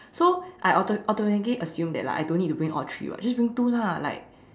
so I auto~ automatically assume that like I don't need to bring all three [what] just bring two lah like